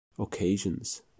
occasions